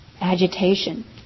Agitation